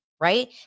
right